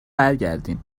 برگردین